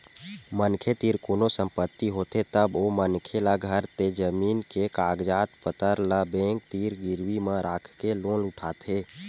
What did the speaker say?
मनखे तीर कोनो संपत्ति होथे तब ओ मनखे ल घर ते जमीन के कागज पतर ल बेंक तीर गिरवी म राखके लोन उठाथे